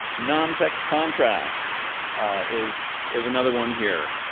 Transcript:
non-text contrast is is another one here.